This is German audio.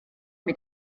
mit